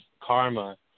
karma